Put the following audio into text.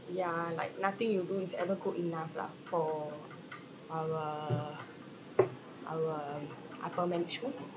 ya like nothing you do is ever good enough lah for our our upper management